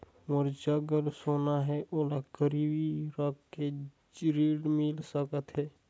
मोर जग सोना है ओला गिरवी रख के ऋण मिल सकथे?